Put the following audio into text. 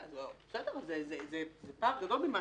זה פער גדול ממה